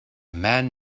man